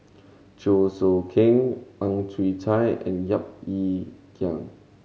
Chew Choo Keng Ang Chwee Chai and Yap Ee Chian